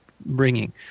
bringing